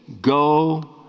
go